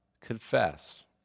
confess